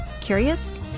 Curious